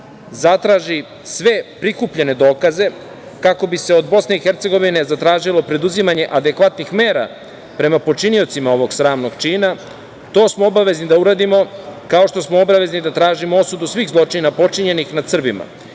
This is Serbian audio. zatraži sve prikupljene dokaze kako bi se od BiH zatražilo preduzimanje adekvatnih mera prema počiniocima ovog sramnog čina? To smo obavezni da uradimo, kao što smo obavezni da tražimo osudu svih zločina počinjenih nad Srbima,